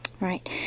Right